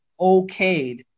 okayed